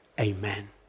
Amen